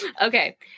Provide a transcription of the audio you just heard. Okay